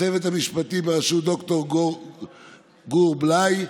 לצוות המשפטי בראשות ד"ר גור בליי,